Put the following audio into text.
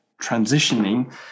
transitioning